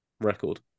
record